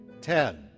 ten